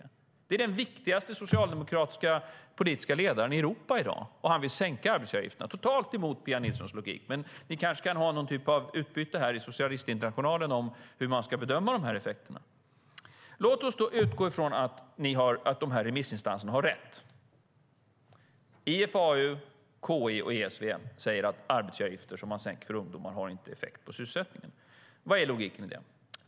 Det är den viktigaste socialdemokratiska politiska ledaren i Europa i dag, och han vill sänka arbetsgivaravgifterna helt emot Pia Nilssons logik. Men ni kan kanske ha någon typ av utbyte i Socialistinternationalen om hur man ska bedöma dessa effekter. Låt oss utgå ifrån att remissinstanserna har rätt. IFAU, KI och ESV säger att sänkt arbetsgivaravgift för ungdomar inte har effekt på sysselsättningen. Vad är då logiken i det?